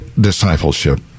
discipleship